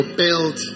build